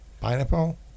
pineapple